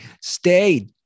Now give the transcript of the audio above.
stay